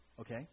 Okay